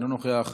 אינו נוכח.